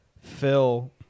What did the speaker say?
Phil